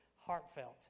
heartfelt